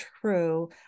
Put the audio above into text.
true